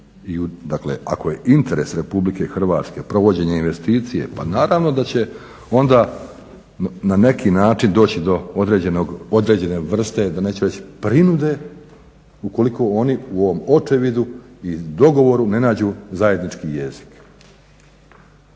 dakle ako je interes Republike Hrvatske provođenje investicije pa naravno da će onda na neki način doći do određene vrste, da neću reći prinude ukoliko oni u ovom očevidu i dogovoru ne nađu zajednički jezik.